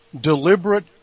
Deliberate